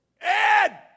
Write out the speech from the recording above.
Ed